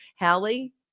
Hallie